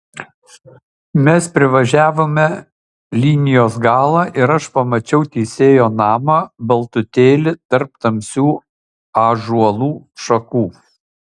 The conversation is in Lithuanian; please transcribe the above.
mes privažiavome linijos galą ir aš pamačiau teisėjo namą baltutėlį tarp tamsių ąžuolų šakų